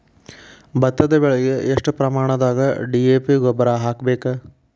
ಭತ್ತದ ಬೆಳಿಗೆ ಎಷ್ಟ ಪ್ರಮಾಣದಾಗ ಡಿ.ಎ.ಪಿ ಗೊಬ್ಬರ ಹಾಕ್ಬೇಕ?